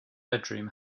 bedroom